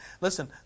listen